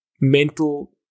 mental